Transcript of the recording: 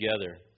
together